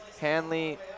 Hanley